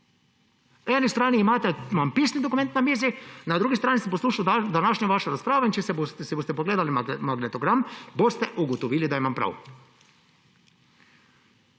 Po eni strani imam pisni dokument na mizi, na drugi strani sem poslušal današnjo vašo razpravo in če si boste pogledali magnetogram, boste ugotovili, da imam prav.